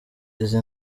izi